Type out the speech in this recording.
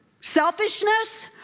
selfishness